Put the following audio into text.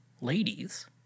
ladies